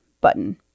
button